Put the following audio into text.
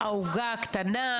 "העוגה קטנה".